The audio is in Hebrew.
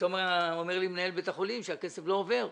אומר לך מנהל בית החולים שהכסף לא עובר.